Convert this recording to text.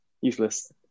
useless